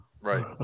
Right